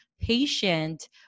patient